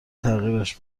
تغییرش